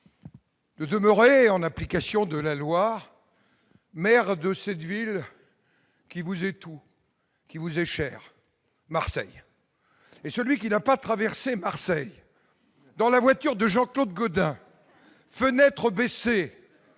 de demeurer, en application de la loi, maire de cette ville qui vous est tout, qui vous est chère, Marseille. Celui qui n'a pas traversé Marseille dans la voiture de Jean-Claude Gaudin, fenêtres baissées,